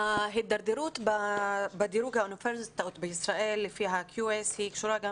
ההתדרדרות בדירוג האוניברסיטאות בישראל לפי ה-QS קשורה גם